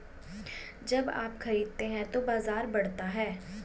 जब आप खरीदते हैं तो बाजार बढ़ता है